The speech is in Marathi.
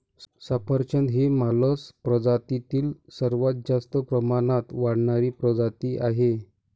सफरचंद ही मालस प्रजातीतील सर्वात जास्त प्रमाणात वाढणारी प्रजाती आहे